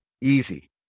easy